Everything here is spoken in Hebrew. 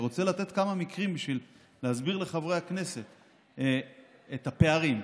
אני רוצה לתת כמה מקרים בשביל להסביר לחברי הכנסת את הפערים.